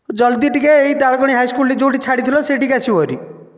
ଜଲ୍ଦି ଟିକିଏ ଏଇ ତାଳବଣି ହାଇସ୍କୁଲ ଠାରେ ଯେଉଁଠି ଛାଡ଼ିଥିଲ ସେଇଠିକି ଆସିବ ହେରି